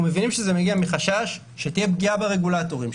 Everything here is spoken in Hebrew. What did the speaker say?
אנחנו מבינים שזה מגיע מחשש שתהיה פגיעה ברגולטורים,